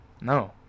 No